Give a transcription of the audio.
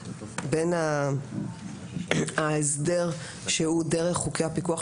בין ההסדר שהוא דרך חוקי הפיקוח,